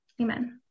amen